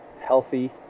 healthy